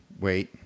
wait